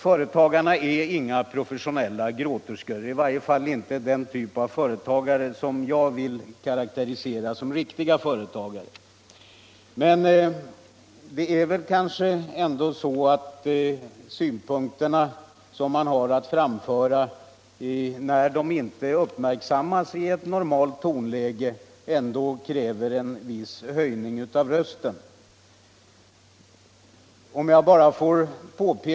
Företagarna är inga professionella ”gråterskor” —- i varje fall inte den typ av företagare som jag vill karakterisera som riktiga företagare. Men det är kanske ändå så att när de synpunkter som de vill framföra inte uppmärksammas då de framförs i ett normalt tonläge så kan en viss höjning av rösten vara motiverad och förståelig.